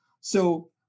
So-